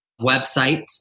websites